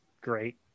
great